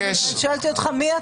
שאלתי אותך, מי אתה?